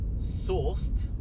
sourced